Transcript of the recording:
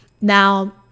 Now